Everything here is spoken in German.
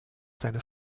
seine